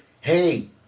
Hey